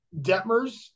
Detmers